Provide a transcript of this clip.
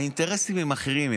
האינטרסים הם אחרים.